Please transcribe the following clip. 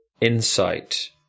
Insight